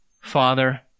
Father